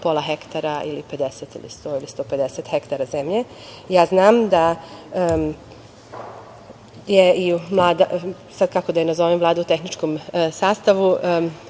pola hektara ili 50 ili 100 ili 150 hektara zemlje. Znam da je i, kako da je nazovem, Vlada u tehničkom sastavu